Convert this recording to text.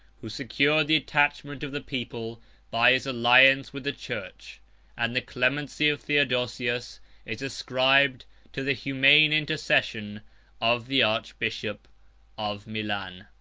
who secured the attachment of the people by his alliance with the church and the clemency of theodosius is ascribed to the humane intercession of the archbishop of milan.